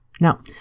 Now